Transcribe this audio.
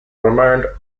remained